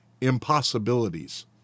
impossibilities